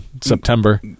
September